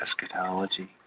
eschatology